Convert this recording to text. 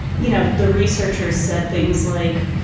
you know, the researchers said things like,